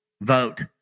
Vote